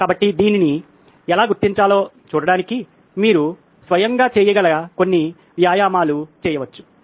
కాబట్టి దీన్ని ఎలా గుర్తించాలో చూడటానికి మీరు మీ స్వంతంగా చేయగల కొన్ని వ్యాయామాలు చేయవచ్చు